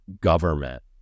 government